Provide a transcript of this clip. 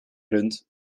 rund